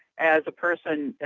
as a person,